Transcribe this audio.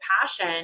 passion